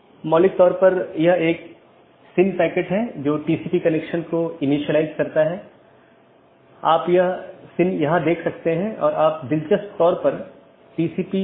तो इसका मतलब है अगर मैं AS1 के नेटवर्क1 से AS6 के नेटवर्क 6 में जाना चाहता हूँ तो मुझे क्या रास्ता अपनाना चाहिए